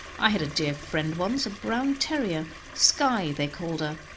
i had a dear friend once, a brown terrier skye they called her.